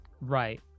Right